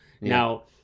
Now